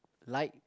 like